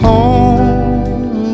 Home